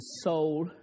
soul